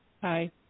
Hi